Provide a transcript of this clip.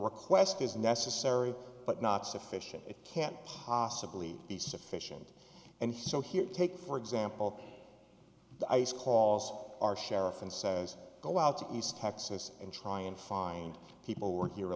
request is necessary but not sufficient it can't possibly be sufficient and so here take for example the ice calls our sheriff and says go out to east texas and try and find people who were here